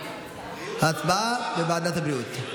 הצבעה לוועדת הבריאות.